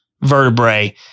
vertebrae